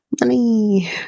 Money